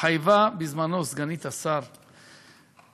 התחייבה בזמנו סגנית השר חוטובלי,